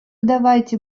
давайте